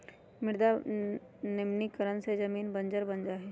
मृदा निम्नीकरण से जमीन बंजर बन जा हई